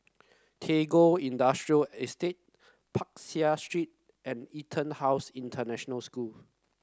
Tagore Industrial Estate Peck Seah Street and EtonHouse International School